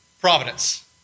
Providence